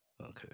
Okay